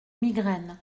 migraine